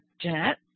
Jeanette